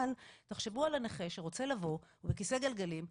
אבל תחשבו על הנכה שרוצה לבוא על כיסא גלגלים,